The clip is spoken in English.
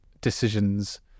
decisions